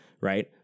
Right